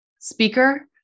speaker